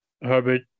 Herbert